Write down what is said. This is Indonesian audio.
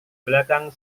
belakang